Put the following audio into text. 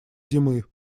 зимы